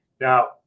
Now